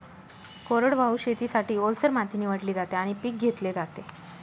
कोरडवाहू शेतीसाठी, ओलसर माती निवडली जाते आणि पीक घेतले जाते